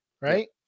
right